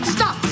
stop